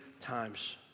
times